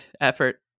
effort